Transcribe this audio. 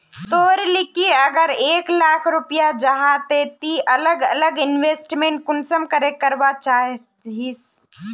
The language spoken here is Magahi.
तोर लिकी अगर एक लाख रुपया जाहा ते ती अलग अलग इन्वेस्टमेंट कुंसम करे करवा चाहचिस?